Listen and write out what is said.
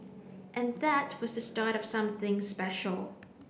and that was the start of something special